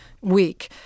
week